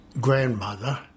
grandmother